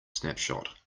snapshot